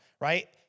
right